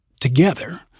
together